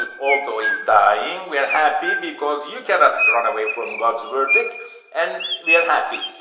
ah although he's dying we are happy because you cannot run away from god's verdict and we are happy.